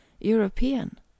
european